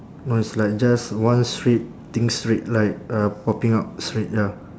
no it's like just one straight thing straight like uh popping out straight ya